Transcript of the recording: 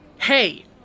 Hey